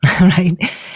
right